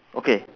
okay